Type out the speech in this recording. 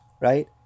Right